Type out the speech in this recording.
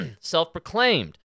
self-proclaimed